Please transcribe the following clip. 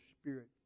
spirit